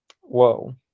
Whoa